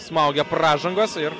smaugia pražangas ir